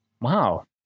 Wow